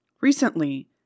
Recently